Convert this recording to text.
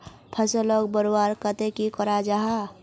फसलोक बढ़वार केते की करा जाहा?